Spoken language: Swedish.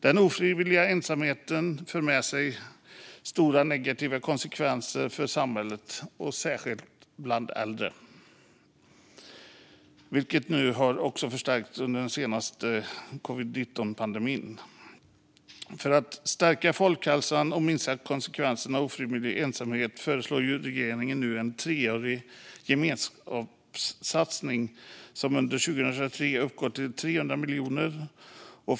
Den ofrivilliga ensamheten för med sig stora negativa konsekvenser för samhället, särskilt bland äldre, vilket har förstärkts under covid-19-pandemin. För att stärka folkhälsan och minska konsekvenserna av ofrivillig ensamhet föreslår regeringen en treårig gemenskapssatsning som under 2023 uppgår till 300 miljoner kronor.